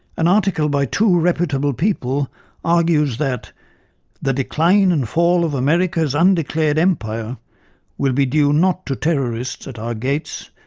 an article by two reputable people argues that the decline and fall of america's undeclared empire will be due not to terrorists at our gates,